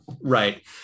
Right